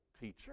Teacher